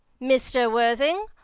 mr. worthing,